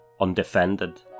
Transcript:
undefended